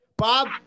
Bob